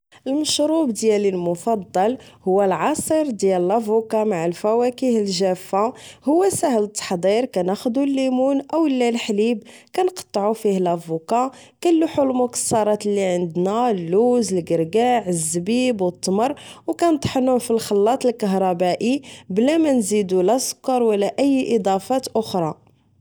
المشروب ديالي المفضل هو العصير ديال لڤوكا مع الفواكه الجافة هو ساهل التحضير كنخدو الليمون أولا الحليب كنقطعو فيه لڤوكا كلوحو المكسارات لي عندنا اللوز الݣرݣاع الزبيب أو التمر أو كنطحنو فالخلاط الكهربائي بلا منزيدو لا سكر ولا أي إضافات أخرى